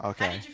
Okay